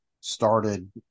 started